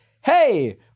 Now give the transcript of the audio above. hey